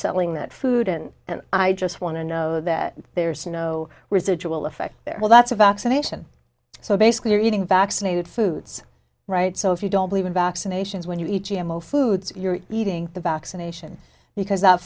selling that food and i just want to know that there's no residual effect there well that's a vaccination so basically you're eating vaccinated foods right so if you don't believe in vaccinations when you eat g m o foods you're eating the vaccination because th